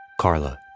Carla